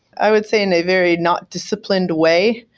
i would say in a very not disciplined way,